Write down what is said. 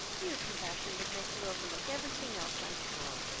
your compassion would make you overlook every thing else i am sure.